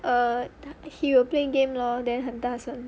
err he will play game lor then 很大声